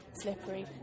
slippery